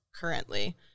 currently